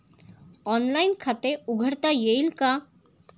Online खाते उघडता येईल का?